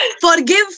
forgive